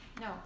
No